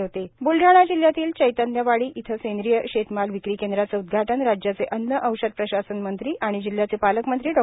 सेंद्रिय शेतमाल ब्लडाणा जिल्ह्यातील चैतन्य वाडी इथं सेंद्रिय शेतमाल विक्री केंद्राचे उद्घाटन राज्याचे अन्न औषध प्रशासन मंत्री तथा जिल्हयाचे पालकमंत्री डॉ